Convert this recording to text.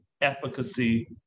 efficacy